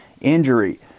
injury